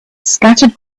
scattered